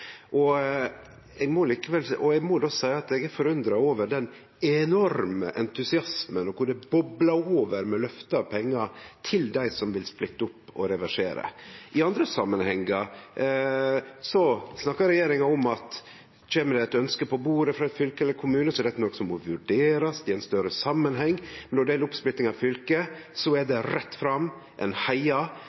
Eg må seie at eg er forundra over den enorme entusiasmen og korleis det boblar over med løfte om pengar til dei som vil splitte opp og reversere. I andre samanhengar der det kjem eit ønske på bordet frå eit fylke eller ein kommune, snakkar regjeringa om at dette er noko som må vurderast i ein større samanheng. Når det gjeld oppsplitting av fylke, er det rett fram, ein